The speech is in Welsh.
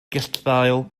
gulddail